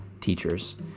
teachers